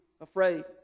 afraid